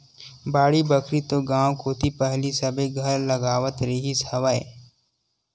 बाड़ी बखरी तो गाँव कोती पहिली सबे घर लगावत रिहिस हवय